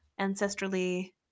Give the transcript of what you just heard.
ancestrally